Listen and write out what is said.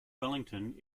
wellington